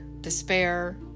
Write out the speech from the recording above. despair